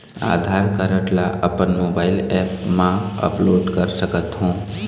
आधार card ला अपन mobile app मा अपलोड कर सकथों?